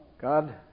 God